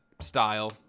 Style